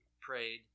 prayed